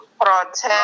Protect